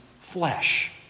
flesh